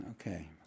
Okay